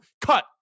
Cut